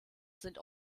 sind